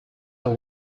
are